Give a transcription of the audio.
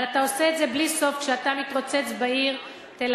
אבל אתה עושה את זה בלי סוף כשאתה מתרוצץ בעיר תל-אביב.